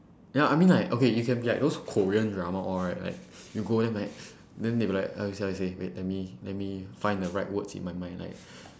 ya I mean like okay like you can be like those korean drama all right like you go then like then they be like I say what I say like let me let me find the right words in my mind like